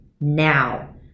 now